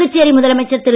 புதுச்சேரி முதலமைச்சர் திரு